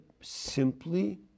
simply